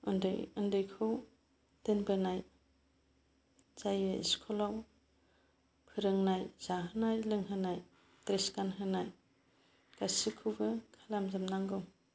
उन्दै उन्दैखौ दोनबोनाय जायो स्कुलाव फोरोंनाय जाहोनाय लोंहोनाय द्रेस गानहोनाय गासैखौबो खालामजोबनांगौ